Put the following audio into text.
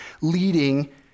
leading